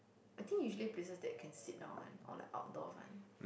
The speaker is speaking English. I think usually business that can sit down one or like outdoors one